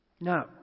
No